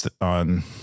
on